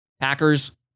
Packers